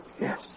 Yes